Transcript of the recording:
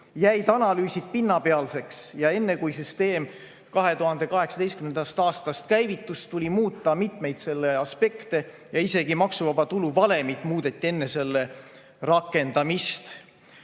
jäid analüüsid pinnapealseks ja enne, kui süsteem 2018. aastast käivitus, tuli muuta mitmeid aspekte, isegi maksuvaba tulu valemit muudeti enne selle rakendamist.